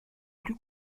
plus